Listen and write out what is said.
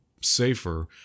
safer